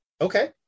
okay